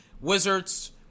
Wizards